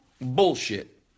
bullshit